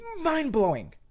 mind-blowing